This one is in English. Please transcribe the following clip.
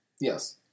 Yes